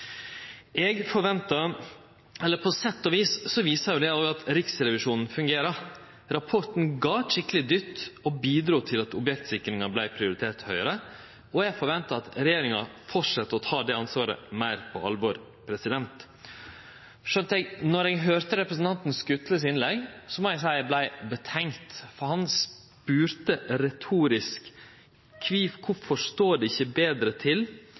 eg forventar at regjeringa fortset å ta det ansvaret meir på alvor. Men då eg høyrde innlegget til representanten Skutle må eg seie at eg vart betenkt, for han spurde retorisk: Kvifor står det ikkje betre til?